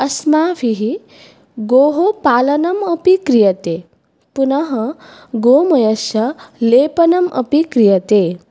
अस्माभिः गोः पालनम् अपि क्रियते पुनः गोमयस्य लेपनम् अपि क्रियते